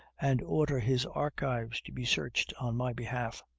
and order his archives to be searched on my behalf.